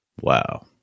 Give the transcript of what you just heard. Wow